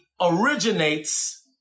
originates